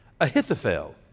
Ahithophel